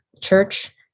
church